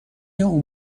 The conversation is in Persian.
اون